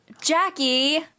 Jackie